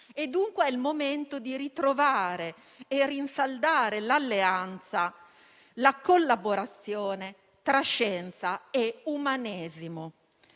Dunque, è il momento di ritrovare e rinsaldare l'alleanza e la collaborazione tra scienza e umanesimo.